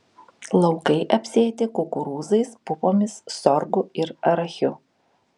laukai apsėti kukurūzais pupomis sorgu ir arachiu